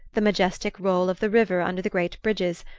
the majestic roll of the river under the great bridges,